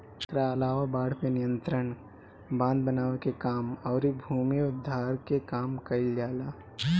एकरा अलावा बाढ़ पे नियंत्रण, बांध बनावे के काम अउरी भूमि उद्धार के काम कईल जाला